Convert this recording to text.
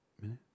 minute